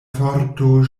forto